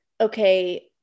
okay